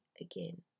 again